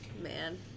Man